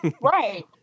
right